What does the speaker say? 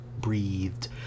breathed